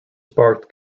sparked